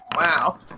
Wow